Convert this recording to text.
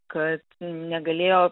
kad negalėjo